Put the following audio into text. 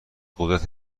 قدرت